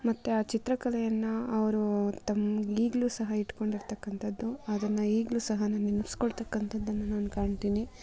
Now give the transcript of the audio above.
ಮತ್ತು ಆ ಚಿತ್ರಕಲೆಯನ್ನು ಅವರು ತಮ್ಗೆ ಈಗಲೂ ಸಹ ಇಟ್ಕೊಂಡಿರ್ತಕ್ಕಂಥದ್ದು ಅದನ್ನು ಈಗಲೂ ಸಹ ನೆನೆಸ್ಕೊಳ್ತಕ್ಕಂಥದನ್ನು ನಾನು ಕಾಣ್ತೀನಿ